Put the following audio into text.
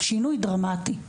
שינוי דרמתי,